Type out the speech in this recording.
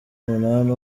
munani